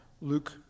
Luke